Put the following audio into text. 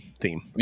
theme